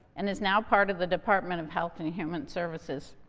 and is now part of the department of health and human services.